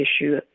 issue